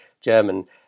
German